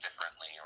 differently